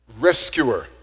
rescuer